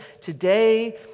Today